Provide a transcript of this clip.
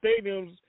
stadiums